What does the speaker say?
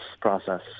process